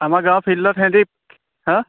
আমাৰ গাঁৱৰ ফিল্ডত সেহেঁতি হাঁ